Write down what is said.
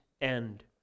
end